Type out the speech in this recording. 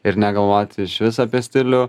ir negalvoti išvis apie stilių